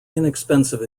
inexpensive